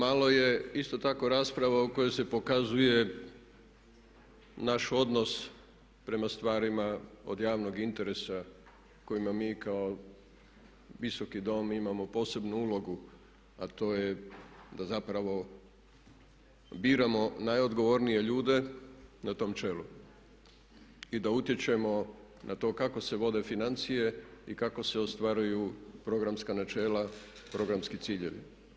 Ali malo je isto tako rasprava u kojoj se pokazuje naš odnos prema stvarima od javnog interesa kojima mi kao Visoki dom imamo posebnu ulogu, a to je da zapravo biramo najodgovornije ljude na tom čelu i da utječemo na to kako se vode financije i kako se ostvaruju programska načela, programski ciljevi.